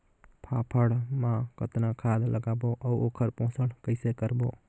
फाफण मा कतना खाद लगाबो अउ ओकर पोषण कइसे करबो?